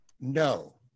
No